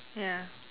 ya